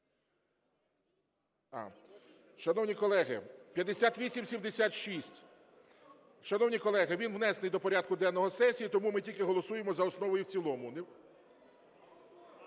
Шановні колеги, 5876. Шановні колеги, він внесений до порядку денного сесії, тому ми тільки голосуємо за основу і в цілому.